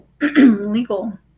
legal